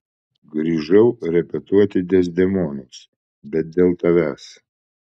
grįžau repetuoti dezdemonos bet dėl tavęs